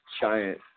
giant